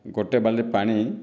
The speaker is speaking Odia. ଗୋଟିଏ ବାଲ୍ଟି ପାଣି